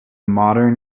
modern